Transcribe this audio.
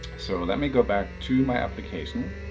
so let me go back to my application.